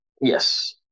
Yes